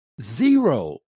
Zero